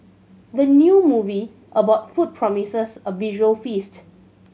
the new movie about food promises a visual feast